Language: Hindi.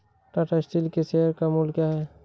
टाटा स्टील के शेयर का मूल्य क्या है?